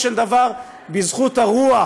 אני יכול לומר לך, אין מצב כזה בבתי-ספר החרדיים,